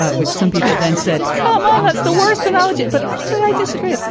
ah which some people then said, come on, that's the worst analogy but actually, i disagree.